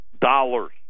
dollars